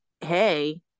Hey